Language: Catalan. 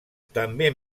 també